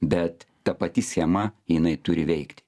bet ta pati schema jinai turi veikt